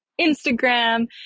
Instagram